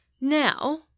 Now